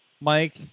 Mike